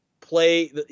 play